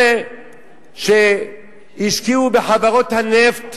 אלה שהשקיעו בחברות הנפט